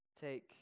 Take